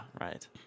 right